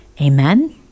Amen